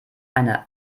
eine